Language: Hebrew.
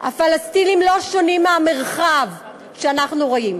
הפלסטינים לא שונים מהמרחב שאנחנו רואים.